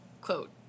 quote